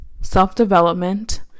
self-development